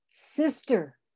Sister